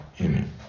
amen